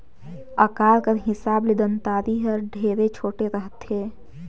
अकार कर हिसाब ले दँतारी हर ढेरे छोटे रहथे